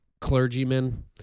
clergymen